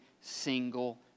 single